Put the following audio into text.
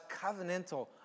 covenantal